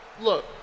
Look